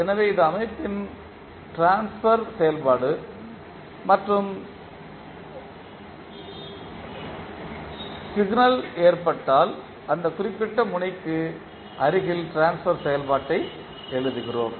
எனவே இது அமைப்பின் ட்ரான்ஸ்பர் செயல்பாடு மற்றும் சிக்னல் ஏற்பட்டால் அந்த குறிப்பிட்ட முனைக்கு அருகில் ட்ரான்ஸ்பர் செயல்பாட்டை எழுதுகிறோம்